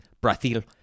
Brazil